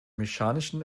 mechanischen